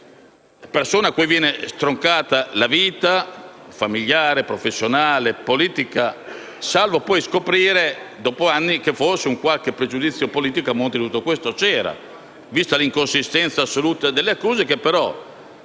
persone cui viene stroncata la vita familiare, professionale e politica; salvo poi scoprire, dopo anni, che forse qualche pregiudizio politico a monte di tutta la vicenda c'era, vista l'inconsistenza assoluta delle accuse, che